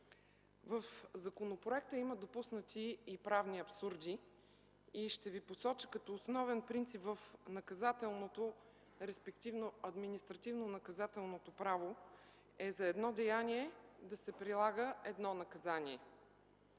В законопроекта има допуснати правни абсурди и ще ги посоча – като основен принцип в наказателното, респективно административнонаказателното право е за едно деяние да се прилага едно наказание.